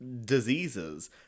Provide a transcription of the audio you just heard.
diseases